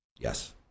Yes